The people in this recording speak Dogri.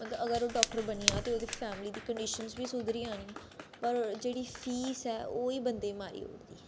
मतलब अगर ओह् डाक्टर बनी गेआ ते ओह्दी फैमली दी कंडीशन बी सुधरी जानी पर जेह्ड़ी फीस ऐ ओह् ही बंदे गी मारी ओड़दी